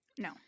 No